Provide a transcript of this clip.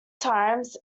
times